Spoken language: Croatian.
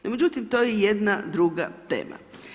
No međutim, to je jedna druga tema.